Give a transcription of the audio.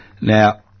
Now